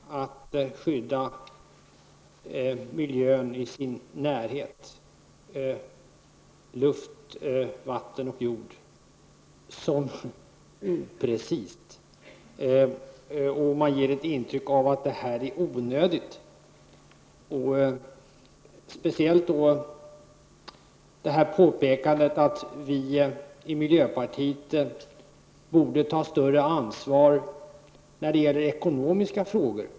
Herr talman! Det är intressant och för mig och säkert för många andra avslöjande och upprörande att utskottets majoritet i betänkandet beskriver miljöpartiets yrkande om rätten att skydda den näraliggande miljön, luften, vattnet och jorden som oprecist. Man ger intrycket av att detta är onödigt. Speciellt skulle det gälla påpekandet att vi i miljöpartiet borde ta större ansvar när det gäller ekonomiska frågor.